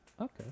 Okay